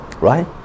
right